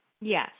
Yes